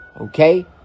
Okay